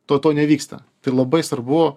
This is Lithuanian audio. to to nevyksta tai labai svarbu